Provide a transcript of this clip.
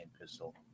pistol